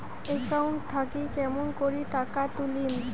Account থাকি কেমন করি টাকা তুলিম?